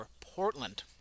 Portland